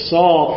Saul